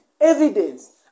Evidence